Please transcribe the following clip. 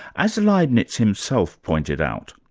as leibnitz himself pointed out,